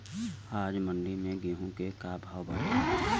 आज मंडी में गेहूँ के का भाव बाटे?